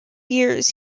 years